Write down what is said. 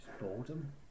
Boredom